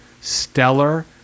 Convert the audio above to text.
stellar